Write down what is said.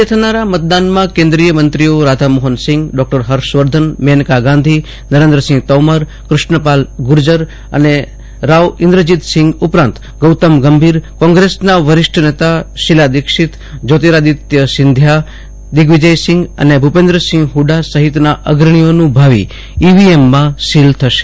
આજે થનારા મતદાનમ કેન્દ્રીય મંત્રીઓ રાધામોહન સિંઘ ડોકટર હર્ષવર્ધન મેનકા ગાંધી નરેન્દ્રસિંહ તોમર ક્રષ્ણ પાલ ગુર્જર અને રાવ ઈન્દ્રજીતસિંગ ઉપરાંત ગૌતમ ગંભીર કોંગ્રેસના વરિષ્ઠ નેતા શીલા દિક્ષીત જયોતીરાદિત્ય સિંધિયા દિગ્વિજયસિંગ અને ભુપેન્દ્રસિંહ હુડા સફિતના અગ્રણીઓનું ભાવી ઈવીએમમાં શીલ થશે